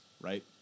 right